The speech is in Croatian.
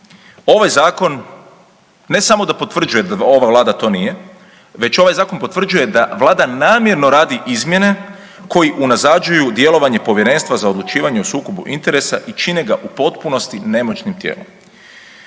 Ovaj zakon ne samo da potvrđuje da ova Vlada to nije, već ovaj zakon potvrđuje da Vlada namjerno radi izmjene koji unazađuju djelovanje Povjerenstva za odlučivanje o sukobu interesa i čine ga u potpunosti nemoćnim tijelom.